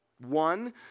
One